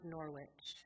Norwich